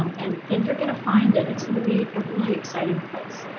um and and you're going to find that it's going to be a really exciting place.